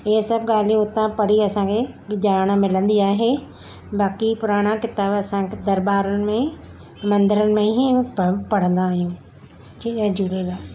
इहे सभु ॻाल्हियूं उतां पढ़ी असांखे ई ॼाण मिलंदी आहे बाक़ी पुराणा किताब असांखे दरबारियुनि ई में मंदरनि में ई पढ़ंदायूं जय झूलेलाल